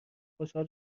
خوشحال